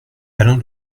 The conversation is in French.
alain